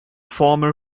former